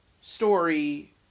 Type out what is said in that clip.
story